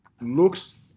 looks